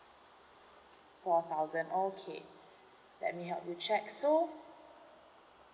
four thousand okay let me help you check so